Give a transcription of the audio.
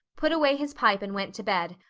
put away his pipe and went to bed,